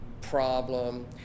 problem